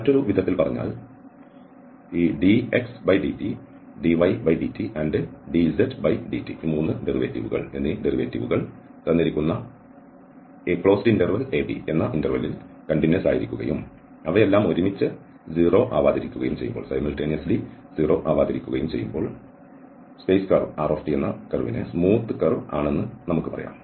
മറ്റൊരു വിധത്തിൽ പറഞ്ഞാൽ ഈ dxdtdydtanddzdt എന്നീ ഡെറിവേറ്റീവുകൾ തന്നിരിക്കുന്ന a b എന്ന ഇന്റെർവെലിൽ കണ്ടിന്യൂസ് ആയിരിക്കുകയും അവയെല്ലാം ഒരുമിച്ച് 0 ആവാതിരിക്കുകയും ചെയ്യുമ്പോൾ space curve rt smooth curve ആണെന്ന് നമുക്ക് പറയാം